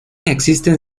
existen